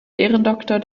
ehrendoktor